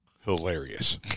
hilarious